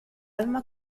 alma